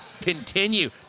continue